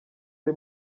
uri